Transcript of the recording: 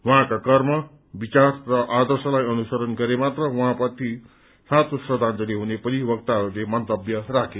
उहाँका कर्म विचार र आदर्शलाई अनुसारण गरे मात्र उहाँप्रति साँचो श्रद्धांजलि हुने पनि वक्ताहरूले मन्तव्य राखे